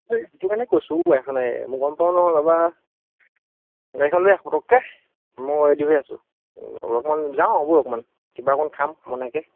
সেইটো কাৰণে কৈছোঁ মই গম পাওঁ ন বাবা গাড়ীখন লৈ আহ পতককৈ মই ৰেদি হৈ আছোঁ অলপমান যাওঁ আও ব'ল অকণমান কিবা অকণ খাম বনাইকে